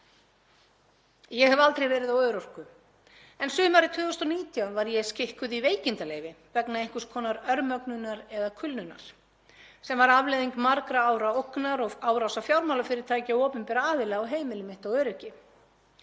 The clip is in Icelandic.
Ég hef aldrei verið á örorku en sumarið 2019 var ég skikkuð í veikindaleyfi vegna einhvers konar örmögnunar eða kulnunar sem var afleiðing margra ára ógnar og árása fjármálafyrirtækja og opinberra aðila á heimili mitt og öryggi.